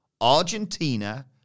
Argentina